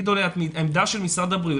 העמדה של משרד הבריאות,